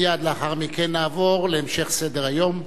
מייד לאחר מכן נעבור להמשך סדר-היום.